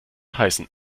heißen